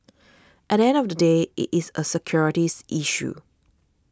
at end of the day it is a securities issue